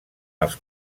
els